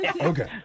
Okay